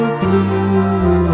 blue